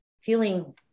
feeling